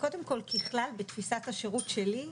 קודם כל ככלל בתפיסת השירות שלי,